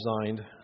designed